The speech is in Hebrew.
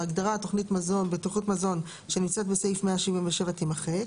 ההגדרה "תוכנית בטיחות מזון" שנמצאת בסעיף 177 תימחק,